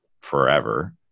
forever